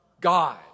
God